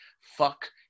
Fuck